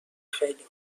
خیلی